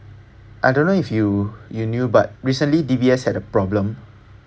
I don't know if you you knew but recently D_B_S had a problem